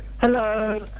Hello